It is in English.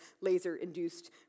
laser-induced